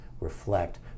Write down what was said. reflect